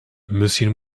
misschien